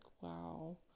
wow